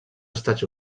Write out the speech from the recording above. estats